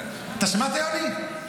שמעת, יוני?